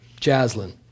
Jaslyn